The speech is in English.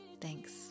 Thanks